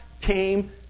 came